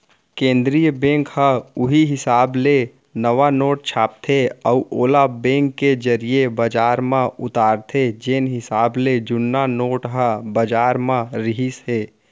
केंद्रीय बेंक ह उहीं हिसाब ले नवा नोट छापथे अउ ओला बेंक के जरिए बजार म उतारथे जेन हिसाब ले जुन्ना नोट ह बजार म रिहिस हे